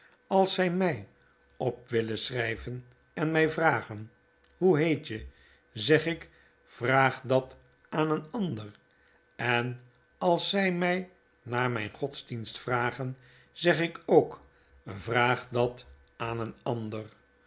als zij mij op willen schrijven en mij vragen hoe heet je zeg ik vraag dat aan een ander en als zij mij naar mijn godsdienst vragen zeg ik ook vraag dat aan een ander